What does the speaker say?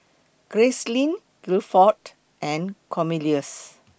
Gracelyn Guilford and Cornelious